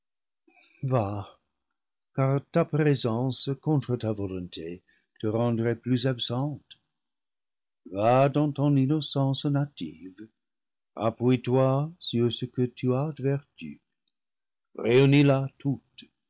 ta présence contre ta volonté te rendrait plus absente va dans ton innocence na tive appuie-toi sur ce que tu as de vertu réunis la toute